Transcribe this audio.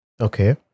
Okay